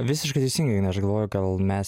visiškai teisingai ignai aš galvoju gal mes